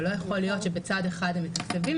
ולא יכול להיות שבצד אחד הם מתקצבים,